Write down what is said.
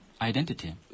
identity